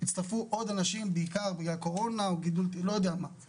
הצטרפו עוד אנשים בעיקר בגלל קורונה או לא יודע מה,